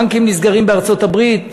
בנקים נסגרים בארצות-הברית,